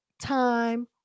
time